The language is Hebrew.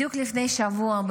בדיוק לפני שבוע,